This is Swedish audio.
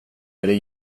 eller